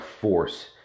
force